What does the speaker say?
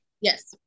Yes